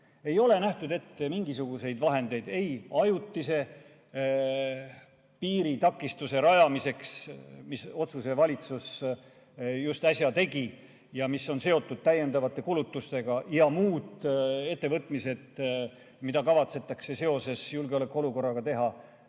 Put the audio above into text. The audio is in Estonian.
Ei ole nähtud ette mingisuguseid vahendeid ei ajutise piiritakistuse rajamiseks, mille kohta valitsus just äsja otsuse tegi ja mis on seotud täiendavate kulutustega, ega muudeks ettevõtmisteks, mida kavatsetakse seoses julgeolekuolukorraga teha.